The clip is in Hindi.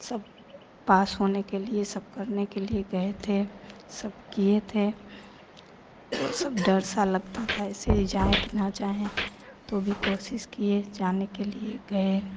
सब पास होने के लिए सब करने के लिए गए थे सब किए थे तो सब डर सा लगता था ऐसे जाए कि न जाएँ तो भी कोशिश किए जाने के लिए गए